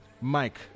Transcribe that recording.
Mike